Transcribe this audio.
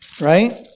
right